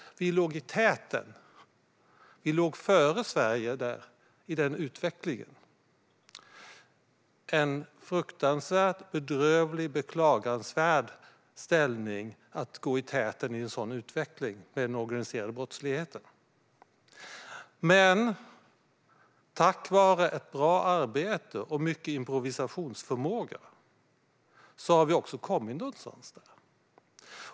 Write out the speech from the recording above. Vi låg före resten av Sverige i den utvecklingen. Det var en fruktansvärd, bedrövlig, beklagansvärd ställning att gå i täten i en sådan utveckling med den organiserade brottsligheten. Men tack vare ett bra arbete och stor improvisationsförmåga har vi också kommit någonstans i Södertälje.